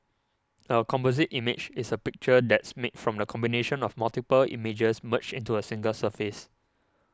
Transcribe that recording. a composite image is a picture that's made from the combination of multiple images merged into a single surface